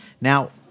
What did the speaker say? Now